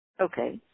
Okay